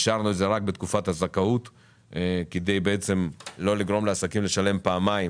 השארנו את זה רק בתקופת הזכאות כדי לא לגרום לעסקים לשלם פעמיים